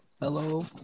Hello